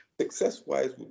success-wise